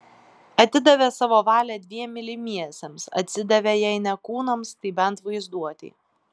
atidavė savo valią dviem mylimiesiems atsidavė jei ne kūnams tai bent vaizduotei